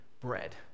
bread